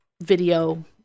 video